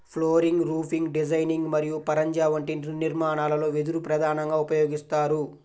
flooring, roofing designing మరియు పరంజా వంటి నిర్మాణాలలో వెదురు ప్రధానంగా ఉపయోగిస్తారు